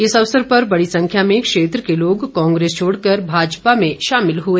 इस अवसर पर बड़ी संरव्या में क्षेत्र के लोग कांग्रेस छोडकर भाजपा में शामिल हुए